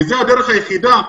כי זו הדרך היחידה.